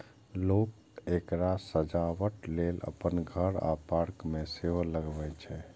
लोक एकरा सजावटक लेल अपन घर आ पार्क मे सेहो लगबै छै